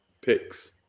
picks